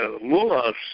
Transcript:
mullahs